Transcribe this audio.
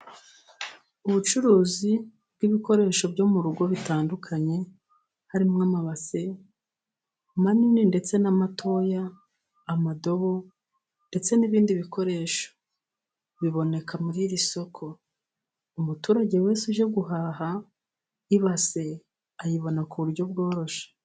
Ubucuruzi bw'ibikoresho byo mu rugo bitandukanye, harimo amabase manini ndetse n'amatoya, amadobo ndetse n'ibindi bikoresho biboneka muri iri soko. Umuturage wese ujya guhaha, ibase ayibona ku buryo bworoshye.